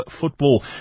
football